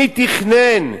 מי תכנן?